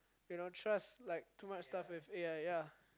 you know trust like too much stuff with A_I ya